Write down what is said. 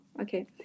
okay